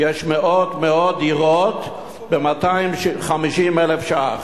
יש מאות-מאות דירות ב-250,000 שקל.